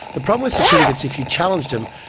the problem with certificates if you challenged them,